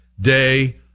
day